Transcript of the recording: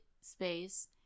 space